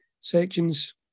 sections